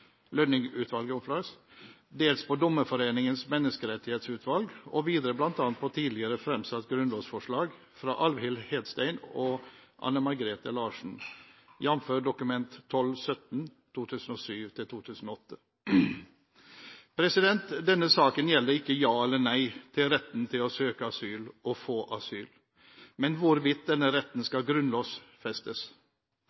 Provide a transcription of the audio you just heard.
av Menneskerettighetsutvalget, Lønning-utvalget, dels på Dommerforeningens menneskerettighetsutvalg og videre bl.a. på tidligere fremsatt grunnlovsforslag fra Alvhild Hedstein og Anne Margrethe Larsen, jf. Dokument 12:17 for 2007–2008. Denne saken gjelder ikke ja eller nei til retten til å søke asyl og få asyl, men hvorvidt denne retten